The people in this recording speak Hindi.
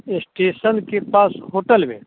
इस्टेसन के पास होटल में